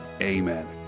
Amen